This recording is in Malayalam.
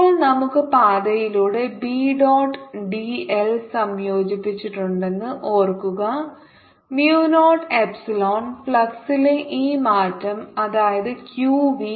ഇപ്പോൾ നമുക്ക് പാതയിലൂടെ ബി ഡോട്ട് ഡിഎൽ സംയോജിപ്പിച്ചിട്ടുണ്ടെന്ന് ഓർക്കുക mu നോട്ട് എപ്സിലോൺ ഫ്ലക്സിലെ ഈ മാറ്റം അതായത് q v